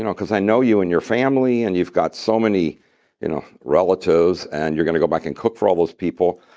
because i know you and your family. and you've got so many you know relatives, and you're going to go back and cook for all those people.